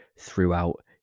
throughout